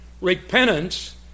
Repentance